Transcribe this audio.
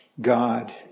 God